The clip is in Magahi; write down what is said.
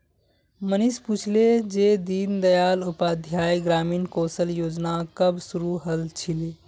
मनीष पूछले जे दीन दयाल उपाध्याय ग्रामीण कौशल योजना कब शुरू हल छिले